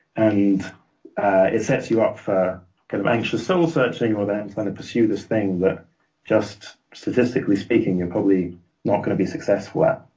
and it sets you up for kind of anxious soul-searching, or then trying to pursue this thing that just statistically speaking, you're probably not going to be successful at.